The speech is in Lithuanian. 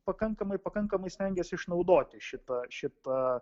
pakankamai pakankamai stengiasi išnaudoti šitą šitą